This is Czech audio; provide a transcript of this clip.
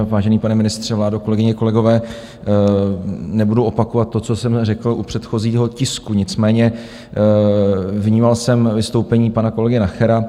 Vážený pane ministře, vládo, kolegyně, kolegové, nebudu opakovat to, co jsem řekl u předchozího tisku, nicméně vnímal jsem vystoupení pana kolegy Nachera.